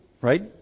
right